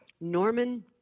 Norman